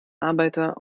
arbeiter